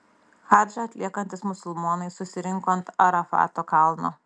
hadžą atliekantys musulmonai susirinko ant arafato kalno